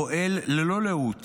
הוא פועל ללא לאות